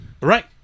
right